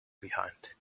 behind